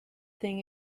thing